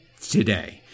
today